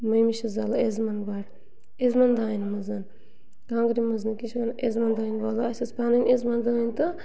مٔمی چھَس زالان اِسبنٛد گۄڈٕ اِسبنٛد دانہِ مَنٛز کانٛگرِ مَنٛز نہٕ کیٛاہ چھِ وَنان اِسبنٛد دانہِ ولہٕ اَسہِ ٲس پَنٕنۍ اِسبنٛد دٲنۍ تہٕ